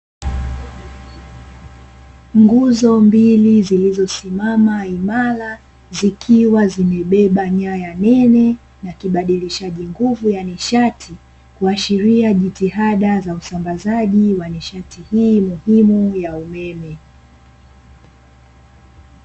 Nguzo mbili zilizosimama imara zikiwa zimebeba nyaya nene na kibadilishaji nguvu ya nishati kuashiria jitihada za usambazaji wa nishati hii muhimu ya umeme.